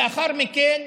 לאחר מכן,